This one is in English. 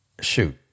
Shoot